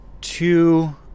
two